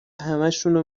همشونو